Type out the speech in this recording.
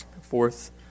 Fourth